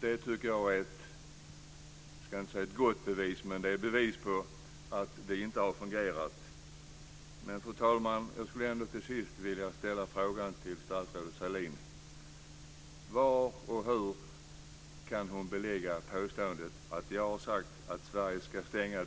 Det tycker jag är ett bevis på att det inte har fungerat. Fru talman! Jag skulle till sist vilja ställa frågan till statsrådet Sahlin: Var och hur kan hon belägga påståendet att jag har sagt att Sverige ska stänga